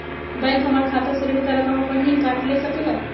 Bank हमार खाता से ऋण का रकम अपन हीं काट ले सकेला?